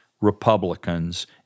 Republicans